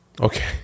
Okay